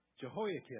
Jehoiakim